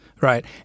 right